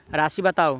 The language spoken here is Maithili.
राशि बताउ